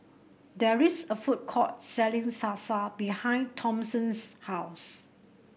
there is a food court selling Salsa behind Thompson's house